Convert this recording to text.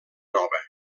nova